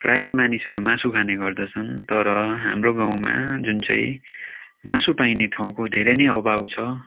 प्रायः मानिसहरू मासु खाने गर्दछन् तर हाम्रो गाउँमा जुन चाहिँ मासु पाइने ठाउँको धेरै नै अभाव छ